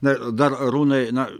na dar arūnui na